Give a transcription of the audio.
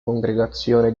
congregazione